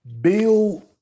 Bill